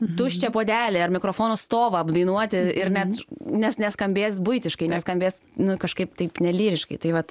tuščią puodelį ar mikrofono stovą apdainuoti ir net nes neskambės buitiškai neskambės nu kažkaip taip nelyriškai tai vat